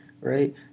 right